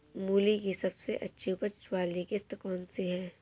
मूली की सबसे अच्छी उपज वाली किश्त कौन सी है?